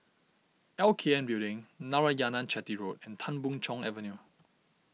L K N Building Narayanan Chetty Road and Tan Boon Chong Avenue